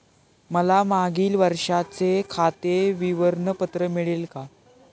मला मागील वर्षाचे खाते विवरण पत्र मिळेल का?